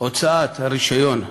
הוצאת הרישיון לבני-הנוער,